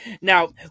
now